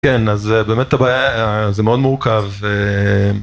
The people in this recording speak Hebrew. כן, אז באמת הבעיה, זה מאוד מורכב.